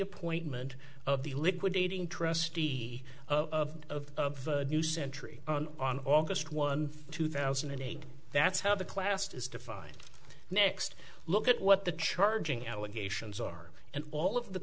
appointment of the liquidating trustee of new century on august one two thousand and eight that's how the classed as defined next look at what the charging allegations are and all of the